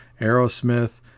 aerosmith